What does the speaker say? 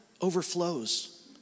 overflows